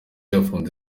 yafunze